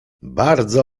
bardzo